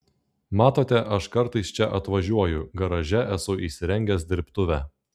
matote aš kartais čia atvažiuoju garaže esu įsirengęs dirbtuvę